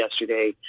yesterday